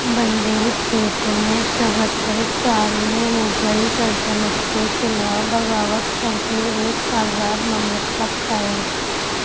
بندیل کھیٹ میں چوہتر سال نے مغل سلطنت کے خلاف بغاوت کر کے ایک آزاد مملکت قائم کی